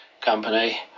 company